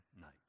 night